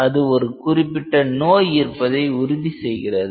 அது ஒரு குறிப்பிட்ட நோய் இருப்பதை உறுதி செய்கிறது